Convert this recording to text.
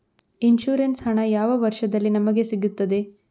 Insurance ಹಣ ಯಾವ ವರ್ಷದಲ್ಲಿ ನಮಗೆ ಸಿಗುತ್ತದೆ?